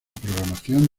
programación